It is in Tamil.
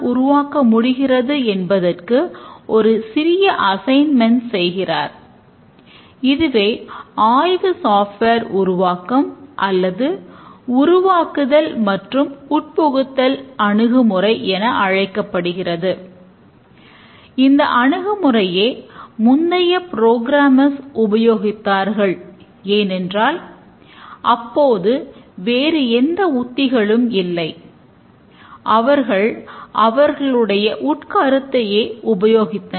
கட்டமைக்கப்பட்ட பகுப்பாய்வு ஒரு டாப் டவுன் டீகம்போசிஷன் செய்யப் போகிறோம்